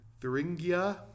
Thuringia